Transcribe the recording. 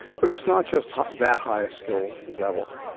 but it's not just that highest skill level.